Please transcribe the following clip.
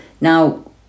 Now